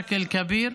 באופן נרחב.)